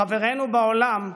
לחברינו בעולם,